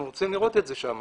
אנחנו רוצים לראות את זה שם.